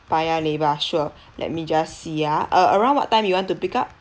paya lebar sure let me just see ah uh around what time you want to pick up